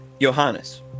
Johannes